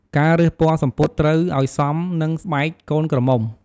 ការរើសពណ៌សំពត់ត្រូវឲ្យសមនឹងស្បែកកូនក្រមុំ។